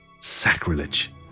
Sacrilege